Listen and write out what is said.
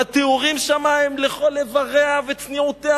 והתיאורים שם הם לכל איבריה וצניעותיה,